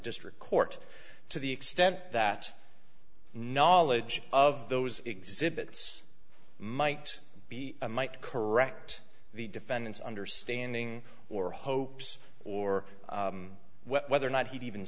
district court to the extent that knowledge of those exhibits might be a might correct the defendant's understanding or hopes or whether or not he even